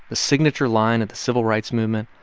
the signature line of the civil rights movement,